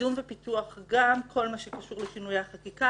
בקידום ופיתוח כל מה שקשור לשינויי החקיקה